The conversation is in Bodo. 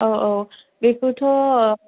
औ औ बेखौथ'